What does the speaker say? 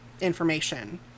information